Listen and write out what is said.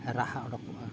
ᱨᱟᱦᱟ ᱩᱰᱩᱠᱚᱜᱼᱟ